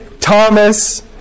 Thomas